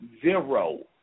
zero